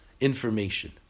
information